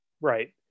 Right